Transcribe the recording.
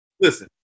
Listen